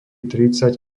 tridsať